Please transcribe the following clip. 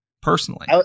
personally